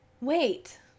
Wait